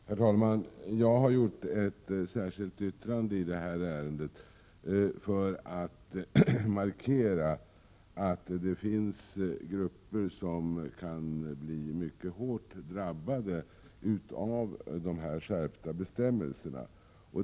Herr talman! Jag har avgivit ett särskilt yttrande i detta ärende för att markera att det finns grupper som kan bli mycket hårt drabbade av de skärpta bestämmelserna.